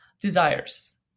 desires